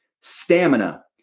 Stamina